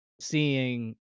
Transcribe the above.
seeing